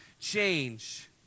change